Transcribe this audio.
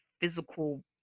physical